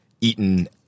eaten